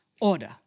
order